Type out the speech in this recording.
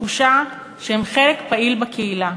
ותחושה שהן חלק פעיל בקהילה.